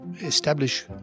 establish